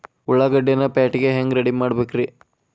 ಉಳ್ಳಾಗಡ್ಡಿನ ಪ್ಯಾಟಿಗೆ ಹ್ಯಾಂಗ ರೆಡಿಮಾಡಬೇಕ್ರೇ?